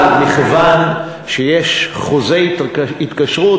אבל מכיוון שיש חוזה התקשרות,